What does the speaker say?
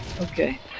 Okay